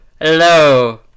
Hello